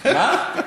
מה?